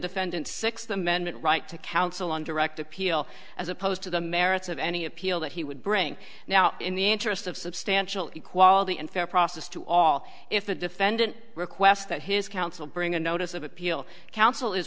defendant sixth amendment right to counsel on direct appeal as opposed to the merits of any appeal that he would bring now in the interest of substantial equality and fair process to all if the defendant requests that his counsel bring a notice of appeal counsel is